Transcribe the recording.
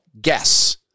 guess